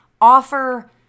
offer